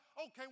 Okay